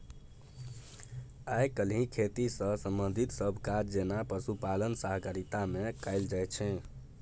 आइ काल्हि खेती सँ संबंधित सब काज जेना पशुपालन सहकारिता मे कएल जाइत छै